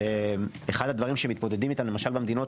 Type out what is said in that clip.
ואחד הדברים שמתמודדים איתם למשל במדינות